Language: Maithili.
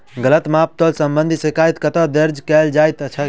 गलत माप तोल संबंधी शिकायत कतह दर्ज कैल जाइत अछि?